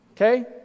okay